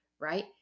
right